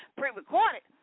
pre-recorded